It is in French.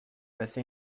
passé